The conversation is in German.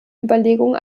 überlegung